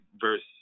verse